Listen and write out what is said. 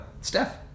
Steph